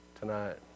tonight